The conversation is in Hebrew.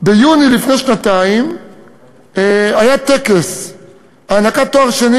ביוני לפני שנתיים היה טקס הענקת תואר שני